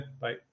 Bye